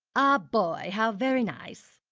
a boy. how very nice.